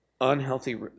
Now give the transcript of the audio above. unhealthy